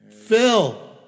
Phil